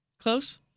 Close